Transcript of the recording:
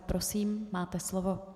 Prosím, máte slovo.